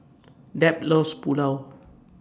Deb loves Pulao